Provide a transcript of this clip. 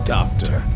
Doctor